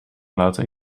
laten